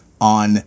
on